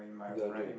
in your dream